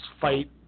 fight